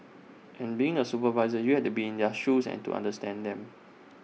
and being A supervisor you have to be in their shoes to understand them